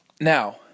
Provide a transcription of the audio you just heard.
Now